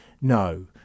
no